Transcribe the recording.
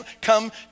come